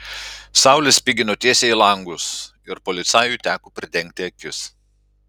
saulė spigino tiesiai į langus ir policajui teko pridengti akis